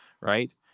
right